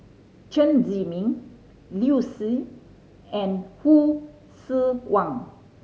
Chen Zhiming Liu Si and Hsu Tse Kwang